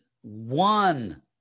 one